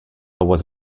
was